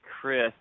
Chris